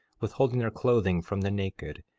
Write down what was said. withholding their clothing from the naked,